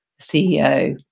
CEO